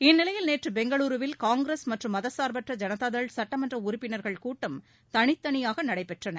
இந்நிலையில் நேற்று பெங்களூருவில் காங்கிரஸ் மற்றும் மதச்சார்பற்ற ஜனதா தள் சட்டமன்ற உறுப்பினர்கள் கூட்டம் தனித்தனியாக நடைபெற்றன